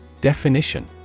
Definition